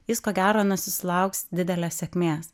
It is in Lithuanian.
jis ko gero nesusilauks didelės sėkmės